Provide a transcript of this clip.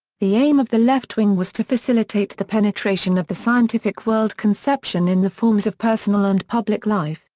the aim of the left wing was to facilitate the penetration of the scientific world-conception in the forms of personal and public life,